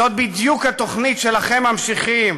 זאת בדיוק התוכנית שלכם, המשיחיים.